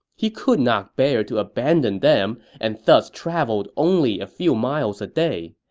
he could not bear to abandon them and thus traveled only a few miles a day.